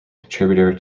contributor